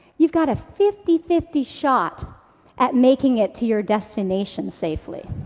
you've got a fifty fifty shot at making it to your destination safely.